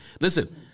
Listen